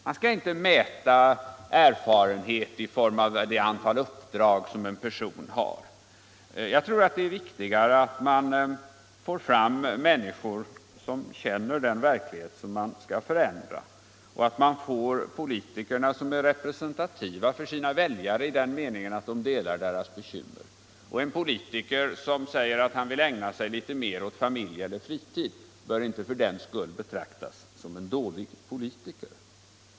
Man skall inte mäta en persons erfarenhet i det antal uppdrag han har. Det är viktigare att få fram människor, som känner den verklighet de skall förändra. Politikerna skall vara representativa för sina väljare i den meningen att politikerna delar väljarnas bekymmer. En politiker, som säger att han vill ägna sig litet mer åt familj eller fritid, bör inte för den skull betraktas såsom en dålig politiker.